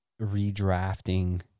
redrafting